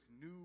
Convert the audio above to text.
new